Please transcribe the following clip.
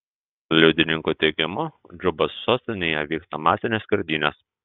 liudininkų teigimu džubos sostinėje vyksta masinės skerdynės